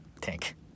tank